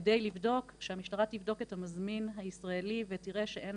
כדי שהמשטרה תבדוק את המזמין הישראלי ותראה שאין